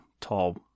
tall